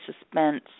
suspense